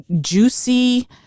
juicy